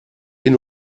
hin